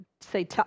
say